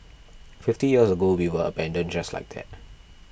fifty years ago we were abandoned just like that